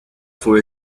for